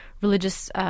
religious